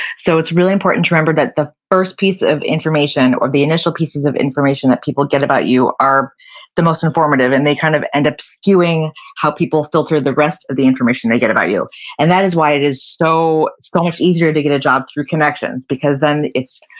so it's really important to remember that the first piece of information or the initial pieces of information that people get about you are the most informative and they kind of end up skewing how people filter the rest of the information that they get about you and that is why it is so ah much easier to get a job through connections, because then it's,